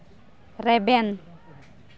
ᱨᱮᱵᱮᱱ